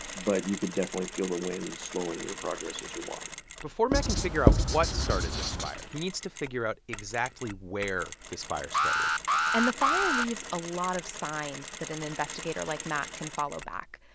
but you can definitely feel the wind slowing your progress as you're walking before matt can figure out what started this fire, he needs to figure out exactly where this fire started and the fire leaves a lot of signs that an investigator like matt can follow back.